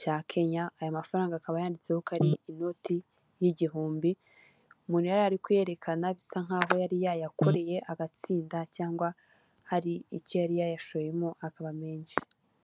cya Kenya, aya mafaranga akaba yanditseho ko ari inoti y'igihumbi, umuntu yari ari kuyerekana bisa nk'aho yari yayakoreye agatsinda cyangwa hari icyo yari yayashoyemo akaba menshi.